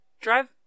drive